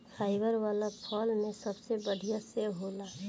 fibre वाला फल में सबसे बढ़िया सेव होला